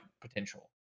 potential